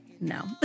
no